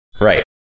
Right